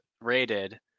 rated